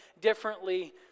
differently